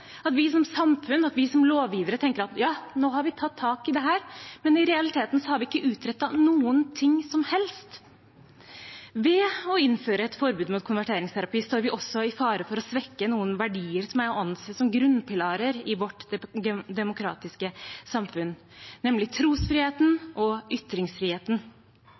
at vi som samfunn og vi som lovgivere tenker at ja, nå har vi tatt tak i dette, men i realiteten har vi ikke utrettet noen ting som helst. Ved å innføre et forbud mot konverteringsterapi står vi også i fare for å svekke noen verdier som er å anse som grunnpilarer i vårt demokratiske samfunn, nemlig trosfriheten og ytringsfriheten.